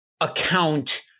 account